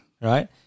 Right